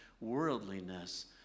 worldliness